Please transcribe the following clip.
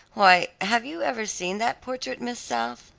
why, have you ever seen that portrait, miss south?